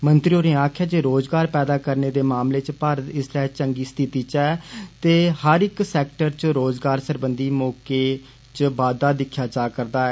मंत्री होरें आक्खेआ रोजगार पैदा करने दे मामलें च भारत इस्सलै चंगी स्थिति च ऐ ते हर इक सैक्टर च रोज़गार सरबंधी मौके च बाद्दा दिक्खेआ जा करदा ऐ